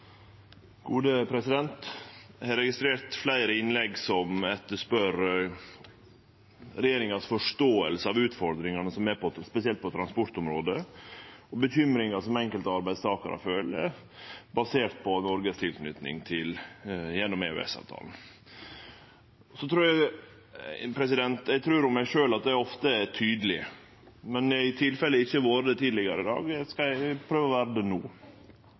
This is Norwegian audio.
på spesielt transportområdet, og uroa som enkelte arbeidstakarar føler basert på Noregs tilknyting til EU gjennom EØS-avtala. Eg trur om meg sjølv at eg ofte er tydeleg, men i tilfelle eg ikkje har vore det tidlegare i dag, skal eg prøve å vere det no.